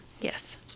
Yes